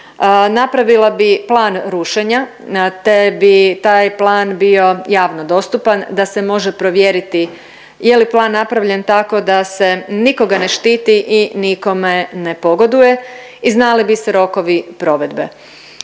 napravila bi plan rušenja, te bi taj plan bio javno dostupan da se može provjeriti je li plan napravljen tako da se nikoga ne štiti i nikome ne pogoduje i znali bi se rokovi provedbe.